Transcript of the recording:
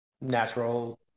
natural